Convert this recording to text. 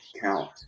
count